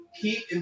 keep